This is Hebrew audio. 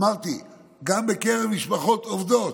אמרתי שגם בקרב משפחות עובדות,